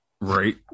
right